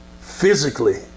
physically